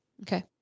Okay